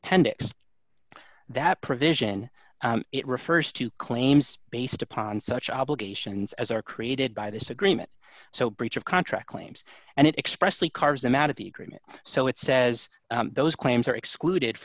appendix that provision it refers to claims based upon such obligations as are created by this agreement so breach of contract claims and it expressly cars amount of the agreement so it says those claims are excluded